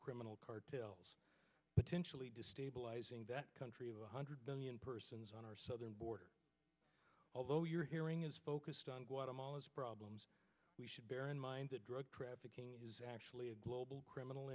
criminal cartels potentially destabilizing that country of one hundred million persons on our southern border although you're hearing is focused on guatemala's problems we should bear in mind that drug trafficking is actually a global criminal